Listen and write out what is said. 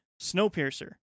Snowpiercer